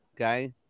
okay